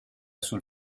sul